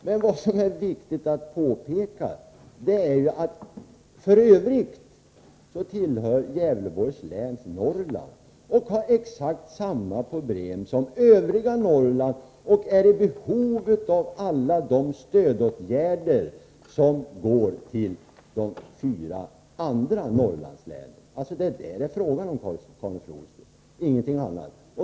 Men det är viktigt att påpeka att Gävleborgs län i övrigt tillhör Norrland, har exakt samma problem som övriga Norrland och är i behov av alla de stödåtgärder som går till de fyra andra Norrlandslänen. Det är det det är fråga om, Karin Flodström, ingenting annat.